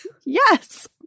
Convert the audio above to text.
Yes